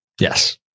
Yes